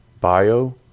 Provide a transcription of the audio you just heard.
bio